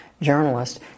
Journalist